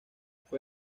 fue